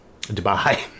Dubai